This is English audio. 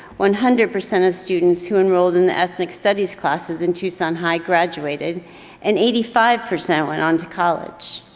one hundred percent of students who enrolled in the ethnic studies classes in tucson high graduated and eighty five percent went on to college.